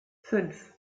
fünf